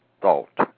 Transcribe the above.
thought